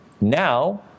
now